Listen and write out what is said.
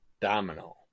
Domino